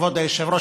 כבוד היושב-ראש,